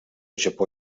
japó